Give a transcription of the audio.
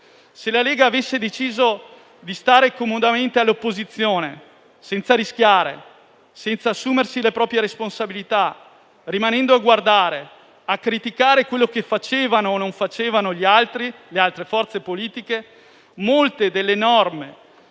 Se la Lega avesse deciso di stare comodamente all'opposizione senza rischiare, senza assumersi le proprie responsabilità, rimanendo a guardare, a criticare quello che facevano o non facevano le altre forze politiche, molte delle norme